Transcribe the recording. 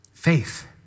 Faith